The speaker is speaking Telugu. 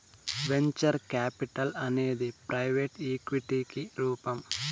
వెంచర్ కాపిటల్ అనేది ప్రైవెట్ ఈక్విటికి రూపం